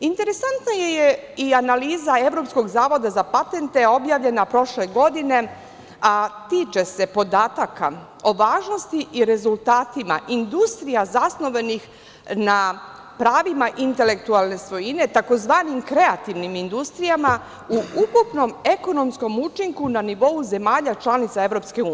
Interesantna je i analiza Evropskog zavoda za patente, objavljena prošle godine, a tiče se podataka o važnosti i rezultatima industrija zasnovanih na pravima intelektualne svojine, tzv. kreativnim industrijama u ukupnom ekonomskom učinku na nivou zemalja članica EU.